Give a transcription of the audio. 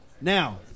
Now